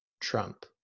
Trump